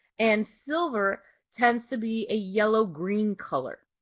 and silver tends to be a yellowgreen color.